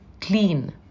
clean